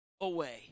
away